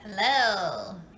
Hello